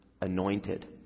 anointed